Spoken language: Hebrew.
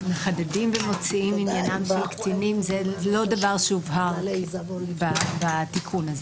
"מחדדים" ו-"מוציאים עניינם של קטינים" זה לא דבר שהובהר בתיקון הזה.